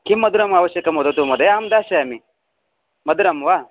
किं मधुरम् आवश्यकं वदतु महोदय अहं दास्यामि मधुरं वा